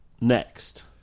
Next